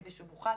כדי שנוכל